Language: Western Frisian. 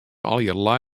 allegearre